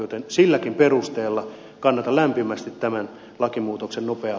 joten silläkin perusteella kannatan lämpimästi tämän lakimuutoksen nopeaa